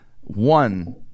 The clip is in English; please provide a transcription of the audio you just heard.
one